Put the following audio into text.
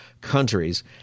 countries